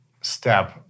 step